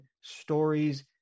stories